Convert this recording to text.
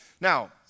Now